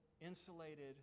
insulated